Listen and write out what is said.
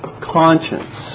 conscience